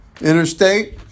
interstate